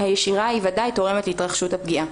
היא ודאי תורמת להתרחשות הפגיעה.